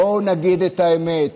בואו נגיד את האמת,